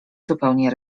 zupełnie